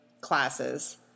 classes